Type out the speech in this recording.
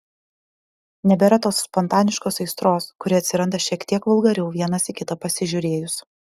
nebėra tos spontaniškos aistros kuri atsiranda šiek tiek vulgariau vienas į kitą pasižiūrėjus